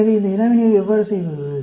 எனவே இந்த வினாவினை எவ்வாறு செய்வது